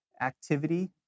activity